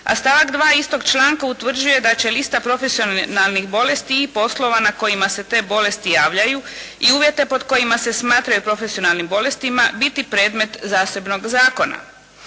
a stavak 2. istog članka utvrđuje da će lista profesionalnih bolesti i poslova na kojima se te bolesti javljaju i uvjete pod kojima se smatraju profesionalnim bolestima biti predmet zasebnog zakona.